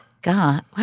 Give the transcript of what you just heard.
God